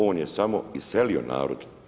On je samo iselio narod.